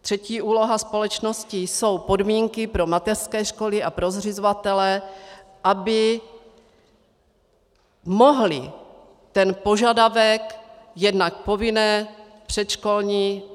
Třetí úloha společnosti jsou podmínky pro mateřské školy a pro zřizovatele, aby mohli ten požadavek jednak povinné předškolní...